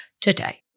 today